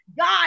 God